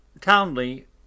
Townley